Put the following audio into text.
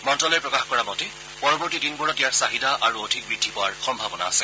মন্তালয়ে প্ৰকাশ কৰা মতে পৰৱৰ্তী দিনবোৰত ইয়াৰ চাহিদা আৰু অধিক বৃদ্ধি পোৱাৰ সম্ভাৱনা আছে